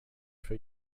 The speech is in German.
für